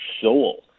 soul